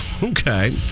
Okay